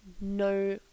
no